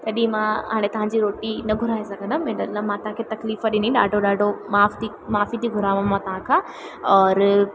तॾहिं मां हाणे तव्हांजी रोटी न घुराए सघंदमि इन लाइ मां तव्हांखे तकलीफ़ ॾिनी ॾाढो ॾाढो माफ़ ती माफ़ी थी घुराव मां तव्हांखां और